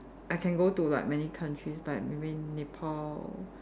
I can go to like many countries like maybe Nepal